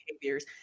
behaviors